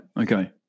Okay